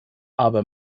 aber